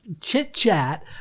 chit-chat